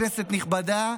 כנסת נכבדה,